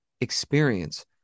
experience